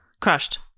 Crushed